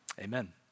Amen